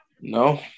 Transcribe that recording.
No